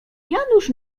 janusz